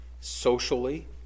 socially